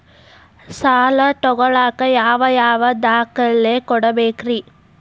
ಸಾಲ ತೊಗೋಳಾಕ್ ಯಾವ ಯಾವ ದಾಖಲೆ ಕೊಡಬೇಕ್ರಿ?